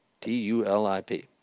T-U-L-I-P